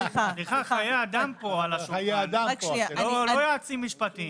סליחה, חיי אדם פה על השולחן, לא יועצים משפטיים.